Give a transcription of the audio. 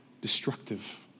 destructive